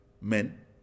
men